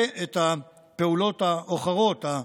ואת הפעולות האחרות,